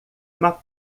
uma